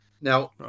Now